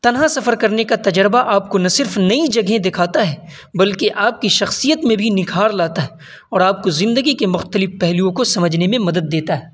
تنہا سفر کرنے کا تجربہ آپ کو نہ صرف نئی جگہ دکھاتا ہے بلکہ آپ کی شخصیت میں بھی نکھار لاتا ہے اور آپ کو زندگی کے مختلف پہلوؤں کو سمجھنے میں مدد دیتا ہے